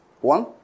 One